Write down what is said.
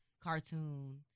cartoon